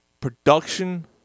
production